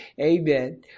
Amen